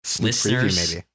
listeners